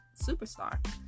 Superstar